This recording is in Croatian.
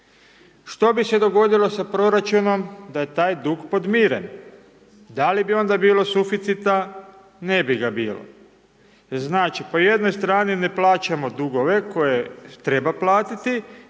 Što bi se dogodilo sa proračunom da je taj dug podmiren, da li bi onda bilo suficita, ne bi ga bilo. Znači, po jednoj strani ne plaćamo dugove koje treba platiti